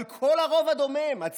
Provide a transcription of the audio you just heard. על כל הרוב הדומם, הציוני,